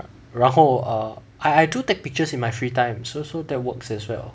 然后 err I I do take pictures in my free time so so that works as well